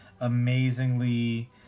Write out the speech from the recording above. amazingly